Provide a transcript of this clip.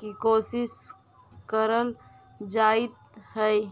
की कोशिश करल जाइत हई